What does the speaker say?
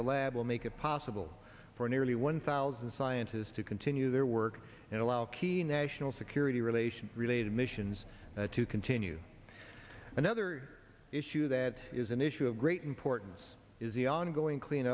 the lab will make it possible for nearly one thousand scientists to continue their work and allow key national security relations related missions to continue another issue that is an issue of great importance is the ongoing clean